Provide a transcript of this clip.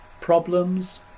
problems